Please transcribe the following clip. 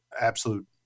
absolute